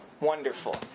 Wonderful